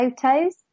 photos